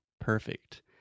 perfect